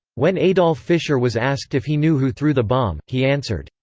when adolph fischer was asked if he knew who threw the bomb, he answered,